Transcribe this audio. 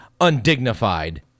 undignified